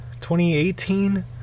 2018